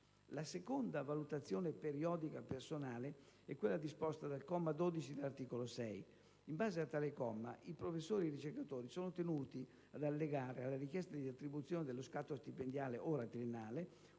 La seconda valutazione periodica personale è quella disposta dal comma 12 dell'articolo 6. In base a tale comma i professori e i ricercatori sono tenuti ad allegare alla richiesta di attribuzione dello scatto stipendiale (ora triennale)